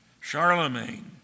Charlemagne